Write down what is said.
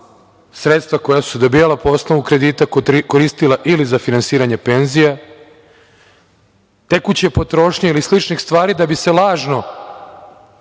sredstva koja su se dobijala po osnovu kredita koristila ili za finansiranje penzija, tekuće potrošnje ili sličnih stvari da bi doveli do